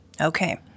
Okay